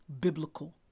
biblical